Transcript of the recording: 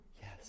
yes